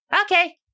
Okay